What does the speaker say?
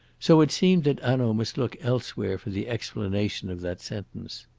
so it seemed that hanaud must look elsewhere for the explanation of that sentence.